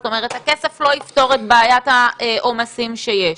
זאת אומרת הכסף לא יפתור את בעיית העומסים שיש.